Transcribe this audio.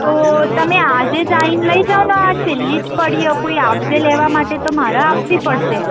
તો તમે આજે જ આવીને લઈ જાઉંને આ છેલ્લી જ પડી છે કોઈ આવશે લેવા માટે તો મારે આપવી પડશે